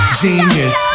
genius